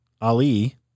Ali